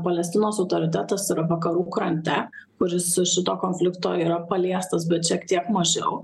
palestinos autoritetas vakarų krante kuris šito konflikto yra paliestas bet šiek tiek mažiau